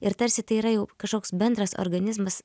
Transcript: ir tarsi tai yra jau kažkoks bendras organizmas